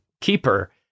keeper